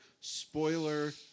spoiler